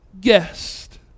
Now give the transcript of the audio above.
guest